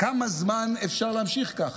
כמה זמן אפשר להמשיך ככה?